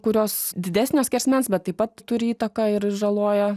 kurios didesnio skersmens bet taip pat turi įtaką ir žaloja